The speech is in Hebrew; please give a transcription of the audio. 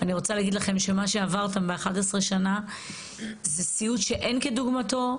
אני רוצה להגיד לכם שמה שעברתם ב-11 שנה זה סיוט שאין כדוגמתו.